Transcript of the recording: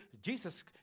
Jesus